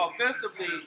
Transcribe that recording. Offensively